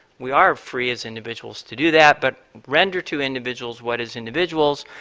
we are free as individuals to do that, but render to individuals what is individuals,